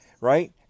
right